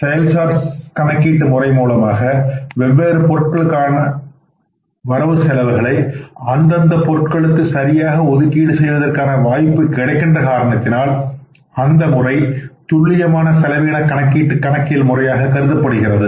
செயல்சார் கணக்கீட்டு முறை மூலமாக வெவ்வேறு பொருட்களுக்காக கூடிய வரவு செலவுகளை அந்த பொருட்களுக்கு சரியாக ஒதுக்கீடு செய்வதற்கான வாய்ப்பு கிடைக்கின்ற காரணத்தினால் அந்த முறை துல்லியமான செலவின கணக்கீட்டு கணக்கியல் முறையாக கருதப்படுகிறது